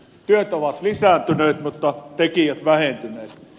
työt ovat lisääntyneet mutta tekijät vähentyneet